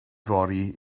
fory